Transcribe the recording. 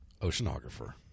oceanographer